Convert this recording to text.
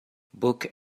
book